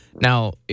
Now